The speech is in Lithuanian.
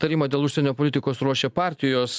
tarimą dėl užsienio politikos ruošia partijos